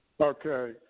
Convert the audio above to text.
Okay